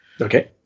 okay